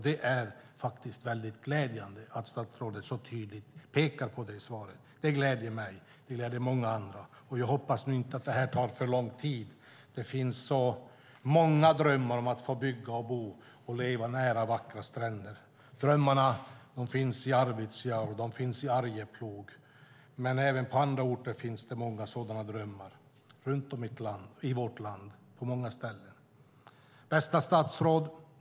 Det är faktiskt väldigt glädjande att statsrådet så tydligt pekar på det i svaret. Det gläder mig, och det gläder många andra. Jag hoppas nu att detta inte tar för lång tid. Det finns så många drömmar om att få bygga, bo och leva nära vackra stränder. Drömmarna finns i Arvidsjaur och Arjeplog, men även på andra orter och på många ställen runt om i vårt land finns det många sådana drömmar. Bästa statsråd!